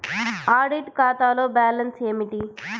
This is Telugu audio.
ఆడిట్ ఖాతాలో బ్యాలన్స్ ఏమిటీ?